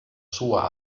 sua